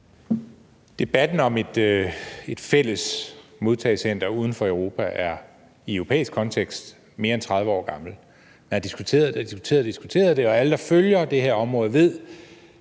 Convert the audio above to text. Debatten om et fælles modtagecenter uden for Europa er i europæisk kontekst mere end 30 år gammel. Man har diskuteret det og diskuteret det, og alle, der følger det her område, ved,